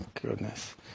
goodness